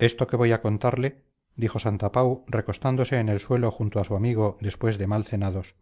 esto que voy a contarle dijo santapau recostándose en el suelo junto a su amigo después de mal cenados